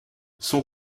son